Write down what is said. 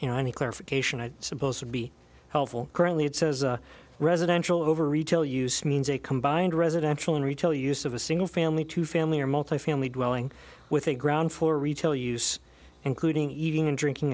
you know any clarification i supposed to be helpful currently it says residential over retail use means a combined residential and retail use of a single family to family or multifamily dwelling with a ground floor retail use including eating and drinking